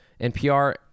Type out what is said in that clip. NPR